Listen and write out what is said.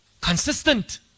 consistent